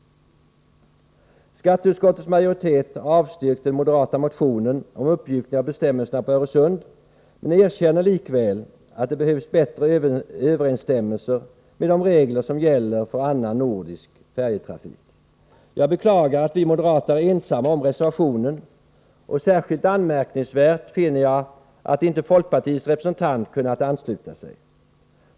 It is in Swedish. Skatteutskottets majoritet har avstyrkt den moderata motionen om uppmjukning av bestämmelserna för trafiken på Öresund, men erkänner likväl att det behövs bättre överensstämmelse med de regler som gäller för annan nordisk färjetrafik. Jag beklagar att vi moderater är ensamma om reservationen, och särskilt anmärkningsvärt finner jag att inte folkpartiets representant kunnat ansluta sig.